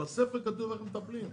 בספר כתוב איך מטפלים.